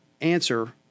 answer